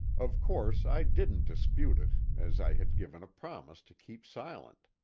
of course i didn't dispute it, as i had given a promise to keep silent.